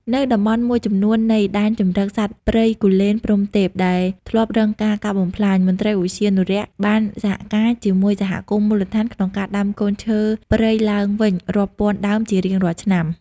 នៅតំបន់មួយចំនួននៃ ដែនជម្រកសត្វព្រៃគូលែនព្រហ្មទេព ដែលធ្លាប់រងការកាប់បំផ្លាញ មន្ត្រីឧទ្យានុរក្សបានសហការជាមួយសហគមន៍មូលដ្ឋានក្នុងការដាំកូនឈើព្រៃឡើងវិញរាប់ពាន់ដើមជារៀងរាល់ឆ្នាំ។